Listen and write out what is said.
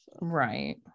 Right